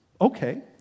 Okay